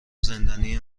زندانی